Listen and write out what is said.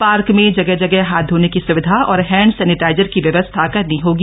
park में जगह जगह हाथ धोने की सुविधा और हैंड सैनेटाइजर की व्यवस्था करनी होगी